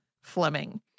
Fleming